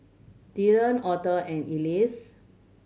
Dylan Auther and Elie